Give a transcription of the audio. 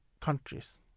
countries